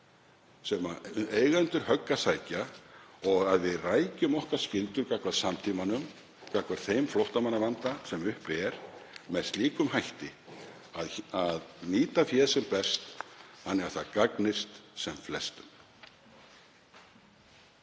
sem eiga undir högg að sækja og að við rækjum skyldu okkar gagnvart samtímanum, gagnvart þeim flóttamannavanda sem uppi er, með slíkum hætti að nýta fé sem best þannig að það gagnist sem flestum.